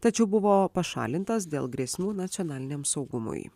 tačiau buvo pašalintas dėl grėsmių nacionaliniam saugumui